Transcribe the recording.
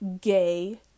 gay